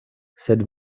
sed